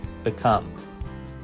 become